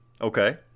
Okay